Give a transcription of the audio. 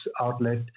outlet